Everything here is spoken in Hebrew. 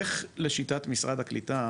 איך לשיטת משרד הקליטה,